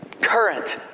current